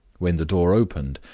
when the door opened,